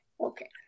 Okay